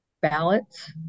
ballots